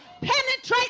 penetrate